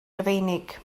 rufeinig